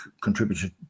contributed